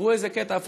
תראו איזה קטע,